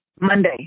Monday